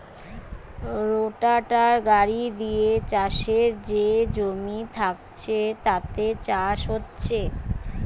রোটাটার গাড়ি দিয়ে চাষের যে জমি থাকছে তাতে চাষ হচ্ছে